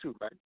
right